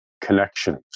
connections